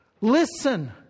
Listen